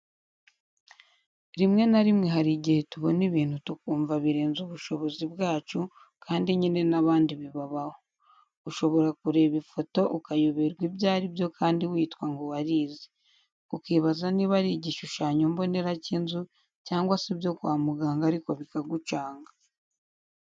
Rimwe na rimwe hari igihe tubona ibintu tukumva birenze ubushobozi bwacu, kandi nyine n'abandi bibabaho. Ushobora kureba ifoto ukayoberwa ibyo ari ibyo kandi witwa ngo warize. Ukibaza niba ari igishushanyombonera cy'inzu cyangwa se ibyo kwa muganga, ariko bikagucanga.